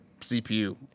CPU